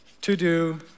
To-do